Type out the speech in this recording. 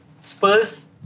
Spurs